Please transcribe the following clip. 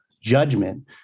judgment